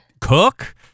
cook